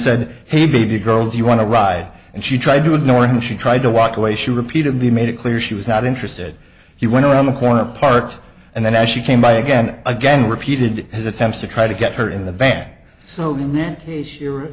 said hey baby girl do you want to ride and she tried to ignore him she tried to walk away she repeatedly made it clear she was not interested he went around the corner part and then as she came by again again repeated his attempts to try to get her in the van so in that case you're